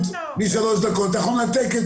משלוש דקות אתה יכול לנתק,